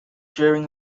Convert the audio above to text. during